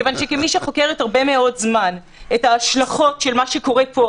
כיוון שכמי שחוקרת הרבה מאוד זמן את ההשלכות של מה שקורה פה,